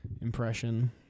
impression